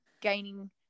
gaining